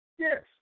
Yes